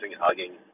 hugging